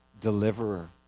deliverer